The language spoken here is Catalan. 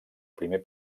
primer